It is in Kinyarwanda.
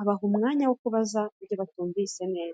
Abaha n'umwanya wo kubaza ibyo batumvise neza.